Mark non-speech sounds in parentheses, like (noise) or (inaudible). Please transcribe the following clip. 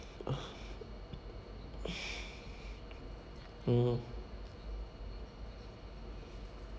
(noise) mm